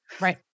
Right